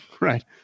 right